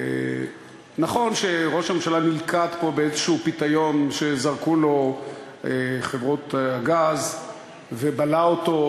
נכון שראש הממשלה נלכד פה באיזה פיתיון שזרקו לו חברות הגז ובלע אותו,